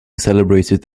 celebrated